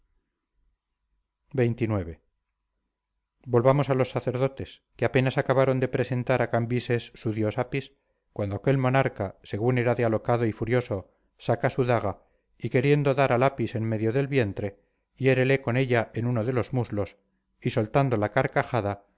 xxix volvamos a los sacerdotes que apenas acabaron de presentar a cambises su dios apis cuando aquel monarca según era de alocado y furioso saca su daga y queriendo dar al apis en medio del vientre hiérele con ella en uno de los muslos y soltando la carcajada